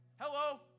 Hello